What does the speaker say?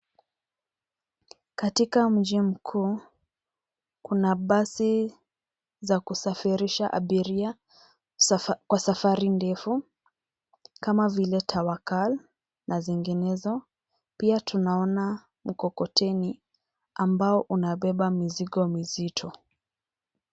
Katika mji mkuu kuna basi za kusafirisha abiria kwa safari ndefu, kama vile Tawakal na zinginezo. Pia tunaona mkokoteni ambao unabeba mizigo mizito.